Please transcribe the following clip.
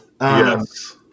Yes